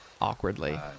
awkwardly